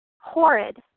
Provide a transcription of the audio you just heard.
Horrid